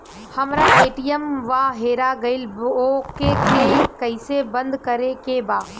हमरा ए.टी.एम वा हेरा गइल ओ के के कैसे बंद करे के बा?